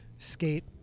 Skate